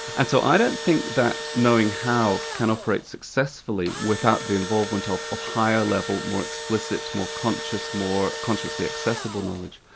and so i don't think that knowing how' can operate successfully without the involvement of of higher level, more explicit, more conscious, more consciously accessible knowledge.